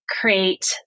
create